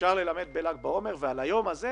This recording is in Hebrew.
אפשר ללמד בל"ג בעומר, כאשר על היום הזה